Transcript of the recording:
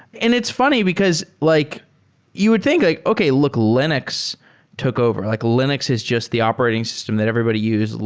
and it's funny because like you would think like, okay. look, linux took over. like linux is just the operating system that everybody use.